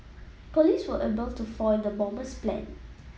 police were able to foil the bomber's plan